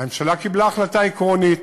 והממשלה קיבלה החלטה עקרונית.